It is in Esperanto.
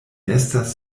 estas